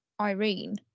Irene